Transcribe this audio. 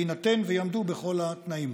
בהינתן שיעמדו בכל התנאים.